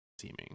seeming